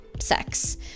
sex